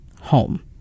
home